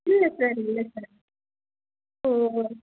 இல்லை சார் இல்லை சார் ஓ ஓ